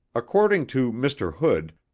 according to mr. hood,